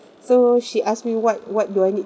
so she ask me what what do I need